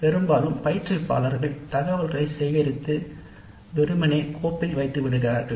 பெரும்பாலும் பயிற்றுனர்கள் தரவைச் சேகரித்து வெறுமனே தாக்கல் செய்கிறார்கள்